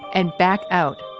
and back out,